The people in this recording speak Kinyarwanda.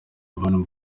urban